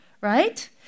right